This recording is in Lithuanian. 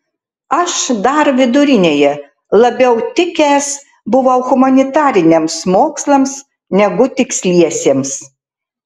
aš dar vidurinėje labiau tikęs buvau humanitariniams mokslams negu tiksliesiems